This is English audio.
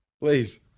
please